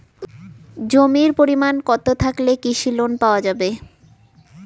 জমির পরিমাণ কতো থাকলে কৃষি লোন পাওয়া যাবে?